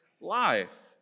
life